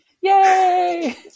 yay